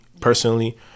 personally